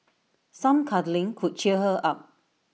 some cuddling could cheer her up